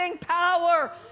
power